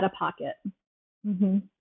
out-of-pocket